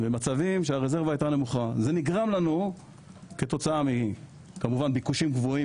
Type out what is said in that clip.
במצבים שהרזרבה הייתה נמוכה זה נגרם לנו כתוצאה מביקושים גבוהים